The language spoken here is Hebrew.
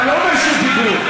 אתה לא ברשות דיבור.